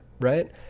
Right